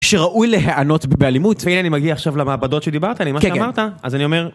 שראוי להיענות באלימות, והנה אני מגיע עכשיו למעבדות שדיברת, אני מה שאמרת, אז אני אומר...